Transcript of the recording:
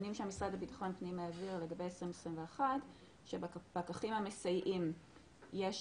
הנתונים שהמשרד לבטחון פנים העביר לגבי 2021 שבפקחים המסייעים יש